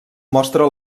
mostra